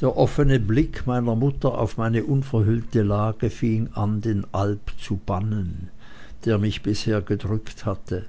der offene blick meiner mutter auf meine unverhüllte lage fing an den alp zu bannen der mich bisher gedrückt hatte